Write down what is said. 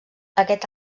aquest